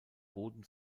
boden